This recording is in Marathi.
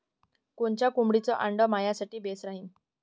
कोनच्या कोंबडीचं आंडे मायासाठी बेस राहीन?